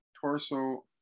torso